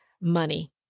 money